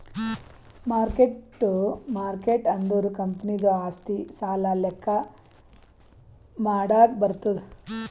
mark ಟ್ಟು market ಅಂದುರ್ ಕಂಪನಿದು ಆಸ್ತಿ, ಸಾಲ ಲೆಕ್ಕಾ ಮಾಡಾಗ್ ಬರ್ತುದ್